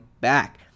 back